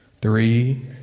three